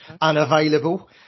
unavailable